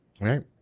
Right